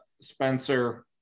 spencer